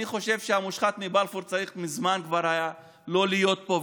אני חושב שהמושחת מבלפור מזמן כבר היה צריך לא להיות פה,